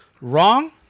wrong